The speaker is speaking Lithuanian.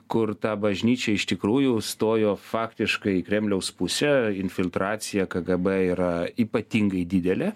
kur ta bažnyčia iš tikrųjų stojo faktiškai į kremliaus pusę infiltracija kgb yra ypatingai didelė